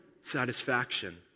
satisfaction